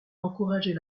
encourager